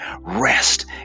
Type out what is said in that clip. rest